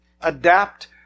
adapt